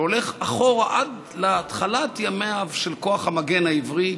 שהולך אחורה עד להתחלת ימיו של כוח המגן העברי,